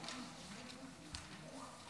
אדוני היושב-ראש,